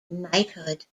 knighthood